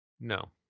no